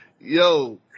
yo